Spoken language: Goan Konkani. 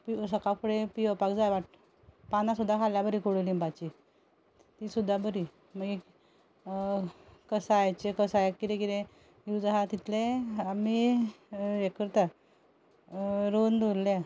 सकाळ फुडें पिवप पानां सुद्दां खाल्यार बरीं कोडुलिंबाची ती सुद्दां बरीं मागीर कसायाचे कसायाक कितें कितें यूज आसा तितलें आमी हें करता रोंवन दवरल्या